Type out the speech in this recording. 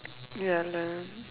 ya lah